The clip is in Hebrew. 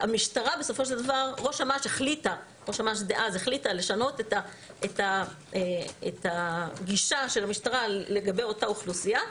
שראש אמ"ש דאז החליטה לשנות את הגישה לגבי אותה אוכלוסייה,